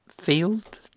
field